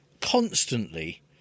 constantly